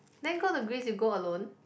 then go to Greece you go alone